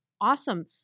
awesome